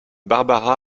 barbara